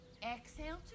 exhale